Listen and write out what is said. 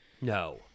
No